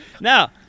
Now